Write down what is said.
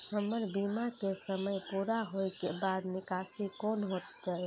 हमर बीमा के समय पुरा होय के बाद निकासी कोना हेतै?